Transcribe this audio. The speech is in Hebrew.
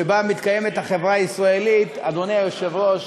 שבה מתקיימת החברה הישראלית, אדוני היושב-ראש,